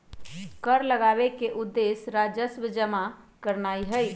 कर लगाबेके उद्देश्य राजस्व जमा करनाइ हइ